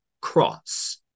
cross